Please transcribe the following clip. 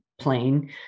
plane